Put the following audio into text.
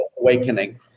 awakening